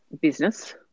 business